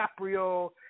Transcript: DiCaprio